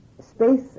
space